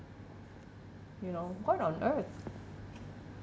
you know what on earth